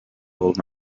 old